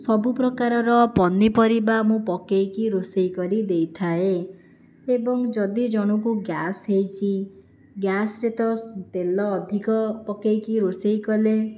ସବୁପ୍ରକାରର ପନିପରିବା ମୁଁ ପକାଇକି ରୋଷେଇ କରିଦେଇଥାଏ ଏବଂ ଯଦି ଜଣଙ୍କୁ ଗ୍ୟାସ୍ ହେଇଛି ଗ୍ୟାସ୍ରେ ତ ତେଲ ଅଧିକ ପକାଇକି ରୋଷେଇ କଲେ